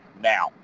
now